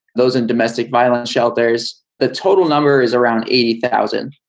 those in domestic violence shelters, the total number is around eighty thousand.